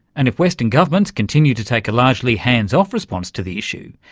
and if western governments continue to take a largely hands-off response to the issue,